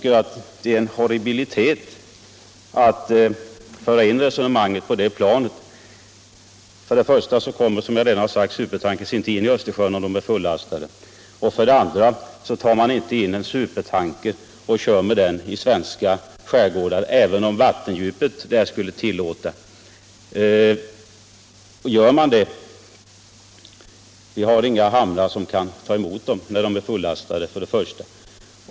Det är horribelt att föra in resonemanget på det planet. För det första kommer, som jag redan sagt, supertankers inte in i Östersjön om de är fullastade, för det andra tar man inte in en supertanker i den svenska skärgården även om vattendjupet skulle tillåta det. Först och främst har vi inga hamnar som kan ta emot dem när de är fullastade.